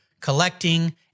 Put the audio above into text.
collecting